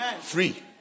Free